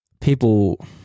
people